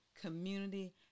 community